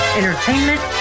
entertainment